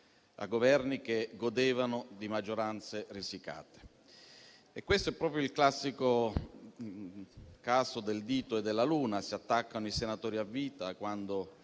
a Governi che godevano di maggioranze risicate. E questo è proprio il classico caso del dito e della luna: si attaccano i senatori a vita quando